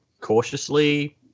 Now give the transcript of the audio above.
cautiously